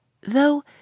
Though